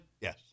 Yes